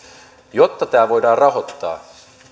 jotta tämä voidaan rahoittaa